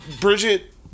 Bridget